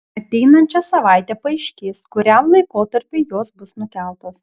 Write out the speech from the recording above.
ateinančią savaitę paaiškės kuriam laikotarpiui jos bus nukeltos